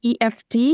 EFT